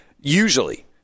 Usually